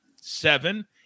Seven